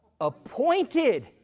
Appointed